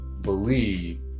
believe